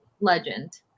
legend